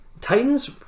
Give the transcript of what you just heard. Titans